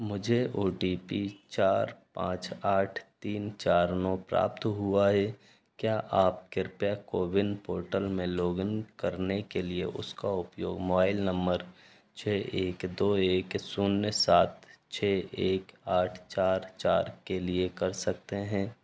मुझे O T P चार पाँच आठ तीन चार नौ प्राप्त हुआ है क्या आप कृपया कोविन पोर्टल में लॉगिन करने के लिए उसका उपयोग मोबाइल नंबर छः एक दो एक शून्य सात छः एक आठ चार चार के लिए कर सकते हैं